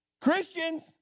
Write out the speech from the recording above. Christians